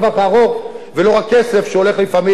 ולא רק כסף שהולך לפעמים לבזבוזים.